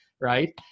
right